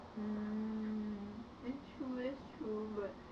mm that's true that's true but